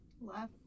left